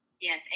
Yes